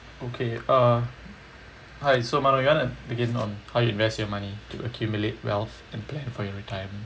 okay uh hi so martha you want to begin on how you invest your money to accumulate wealth and plan for your retirement